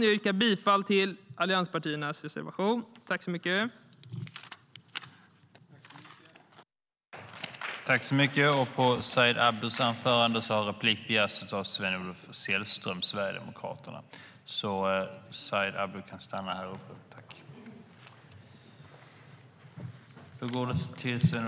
Jag yrkar bifall till allianspartiernas reservation.I detta anförande instämde Ann-Charlotte Hammar Johnsson .